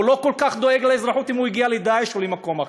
הוא לא כל כך דואג לאזרחות אם הוא הגיע ל"דאעש" או למקום אחר.